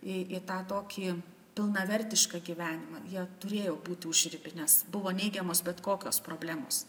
į į tą tokį pilnavertišką gyvenimą jie turėjo būti užriby nes buvo neigiamos bet kokios problemos